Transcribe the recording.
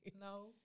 No